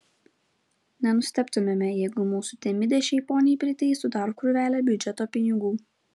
nenustebtumėme jeigu mūsų temidė šiai poniai priteistų dar krūvelę biudžeto pinigų